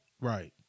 Right